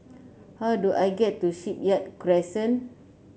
how do I get to Shipyard Crescent